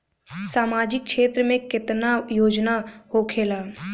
सामाजिक क्षेत्र में केतना योजना होखेला?